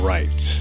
Right